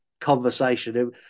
conversation